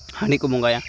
ᱦᱟᱺᱰᱤᱠᱚ ᱵᱚᱸᱜᱟᱭᱟ